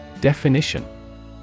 Definition